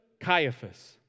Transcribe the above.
Caiaphas